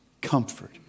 comfort